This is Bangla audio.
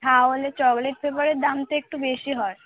তাহলে চকলেট ফ্লেবারের দাম তো একটু বেশি হয়